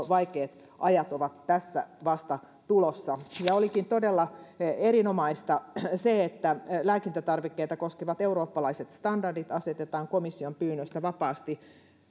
vaikeat ajat ovat tässä vasta tulossa olikin todella erinomaista että lääkintätarvikkeita koskevat eurooppalaiset standardit asetetaan komission pyynnöstä vapaasti